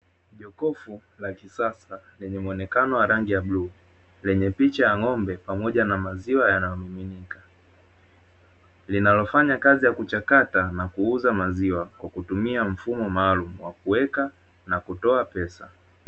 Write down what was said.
Jokofu la kisasa lenye muonekano wa rangi ya bluu, lenye picha ya ng’ombe pamoja na maziwa yanayomiminika, linalofanya kazi ya kuchakata na kuuza maziwa, kwa kutumia mfumo maalumu wa kuweka na kutoa pesa.